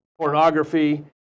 pornography